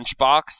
lunchbox